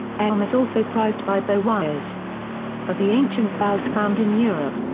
elm is also prized by bowyers of the ancient bows found in europe,